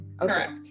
Correct